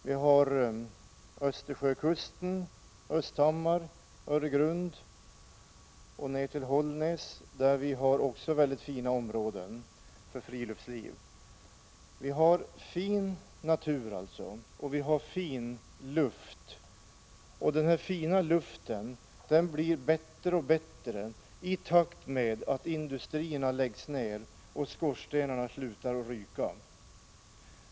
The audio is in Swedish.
Vi har Östersjökusten — Östhammar, Öregrund och ner till Hållnäs — där vi också har väldigt fina områden för friluftsliv. Vi har alltså fin natur och vi har fin luft, och den fina luften blir bättre och bättre i takt med att industrierna läggs ner och skorstenarna slutar att ryka.